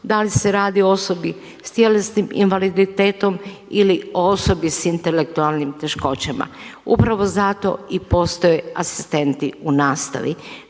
Da li se radi o osobi s tjelesnim invaliditetom ili osobi s intelektualnim teškoćama, upravo zato postoje i asistenti u nastavi,